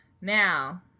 Now